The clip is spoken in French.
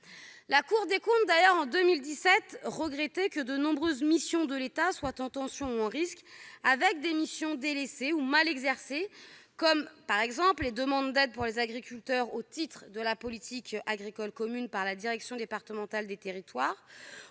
la Cour des comptes, en 2017, regrettait que de nombreuses missions de l'État soient en situation de tension ou de risque, avec des missions délaissées ou mal exercées, comme le traitement des aides aux agriculteurs, au titre de la politique agricole commune, par la direction départementale des territoires